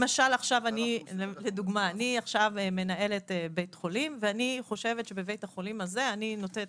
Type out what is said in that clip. אם לדוגמה אני עכשיו מנהלת בית חולים ואני חושבת שבית החולים שלי נותן